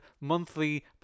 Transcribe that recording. Monthly